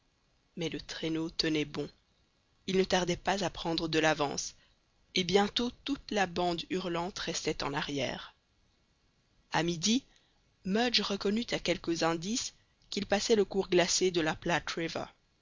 mais le traîneau tenait bon il ne tardait pas à prendre de l'avance et bientôt toute la bande hurlante restait en arrière a midi mudge reconnut à quelques indices qu'il passait le cours glacé de la